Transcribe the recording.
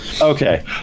Okay